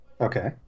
Okay